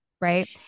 right